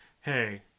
hey